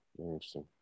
Interesting